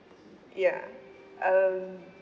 ya um